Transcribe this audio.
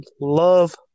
love